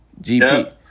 GP